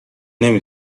نمی